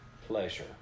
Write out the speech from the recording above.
pleasure